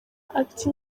ati